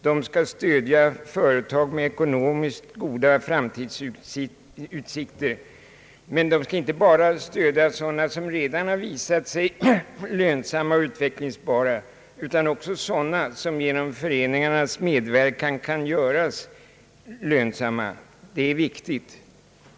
De skall stödja företag med goda ekonomiska framtidsutsikter, men de skall inte bara stödja sådana som redan har visat sig lönsamma och utvecklingsbara utan också sådana som genom föreningarnas medverkan kan göras lönsamma. Detta är viktigt.